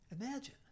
Imagine